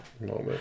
moment